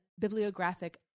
bibliographic